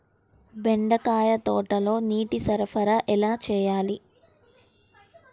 బెండకాయ తోటలో నీటి సరఫరా ఎలా చేయాలి?